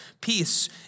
peace